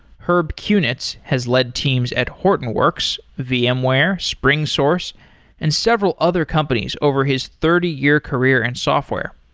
herb cunitz has led teams at hortonworks, vmware, springsource and several other companies over his thirty year career in software.